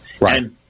right